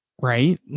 Right